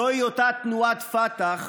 זוהי אותה תנועת פת"ח